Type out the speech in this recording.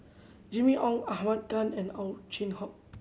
Jimmy Ong Ahmad Khan and Ow Chin Hock